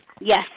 Yes